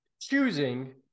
choosing